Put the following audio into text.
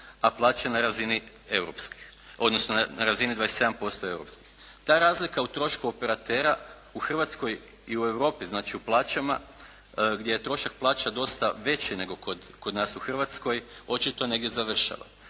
odnosno na razini 27% europskih. Ta razlika u trošku operatera u Hrvatskoj i u Europi znači u plaćama gdje je trošak plaća dosta veći nego kod nas u Hrvatskoj očito negdje završava.